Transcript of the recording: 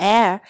Air